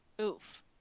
Oof